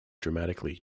dramatically